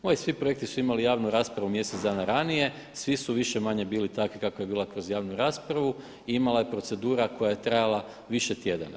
Moji svi projekti su imali javnu raspravu mjesec dana ranije svi su više-manje bili takvi kako je bilo kroz javnu raspravu i imala je procedura koja je trajala više tjedana.